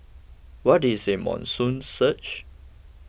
what is a monsoon surge